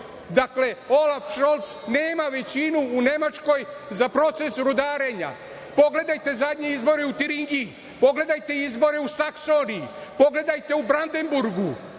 Dakle, Olaf Šolc nema većinu u Nemačkoj za proces rudarenja pogledajte zadnje izbore u Tiringiji, pogledajte izbore u Saksoniji, pogledajte u Brandenburgu